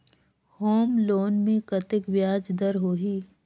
Home loan मे कतेक ब्याज दर होही?